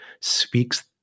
speaks